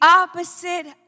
opposite